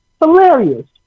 Hilarious